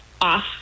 off